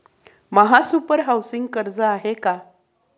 महासुपर हाउसिंग कर्ज आहे का?